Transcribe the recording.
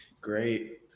great